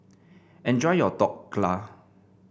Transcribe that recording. enjoy your Dhokla